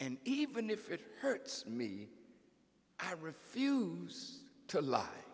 and even if it hurts me i refuse to li